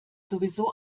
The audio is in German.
sowieso